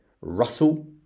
Russell